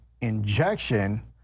injection